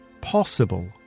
possible